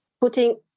putting